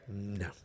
No